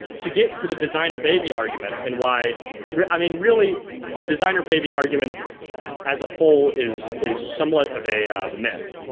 to get to the designer baby argument and why i mean really the designer baby argument as a whole is is somewhat of a myth.